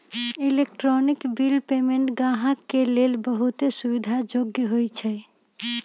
electronic bill payment गाहक के लेल बहुते सुविधा जोग्य होइ छइ